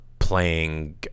playing